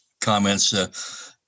comments